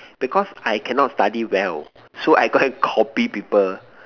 because I cannot study well so I go and copy people